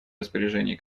распоряжении